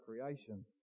creation